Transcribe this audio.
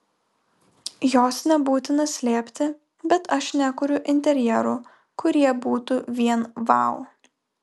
jos nebūtina slėpti bet aš nekuriu interjerų kurie būtų vien vau